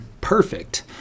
Perfect